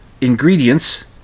ingredients